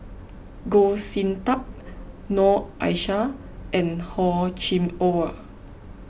Goh Sin Tub Noor Aishah and Hor Chim or